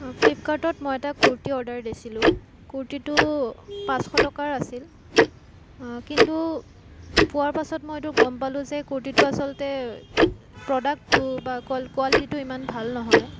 ফ্লিপকাৰ্টত মই এটা কুৰ্তী অৰ্ডাৰ দিছিলোঁ কুৰ্তীটো পাঁচশ টকাৰ আছিল কিন্তু পোৱাৰ পাছত মই এইটো গম পালো যে কুৰ্তীটো আচলতে প্ৰডাক্টো বা কোৱা কোৱালিটীটো ইমান ভাল নহয়